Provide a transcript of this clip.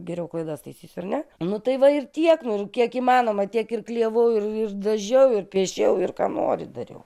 geriau klaidas taisysiu ar ne nu tai va ir tiek nu kiek įmanoma tiek ir klijavau ir dažiau ir piešiau ir ką nori dariau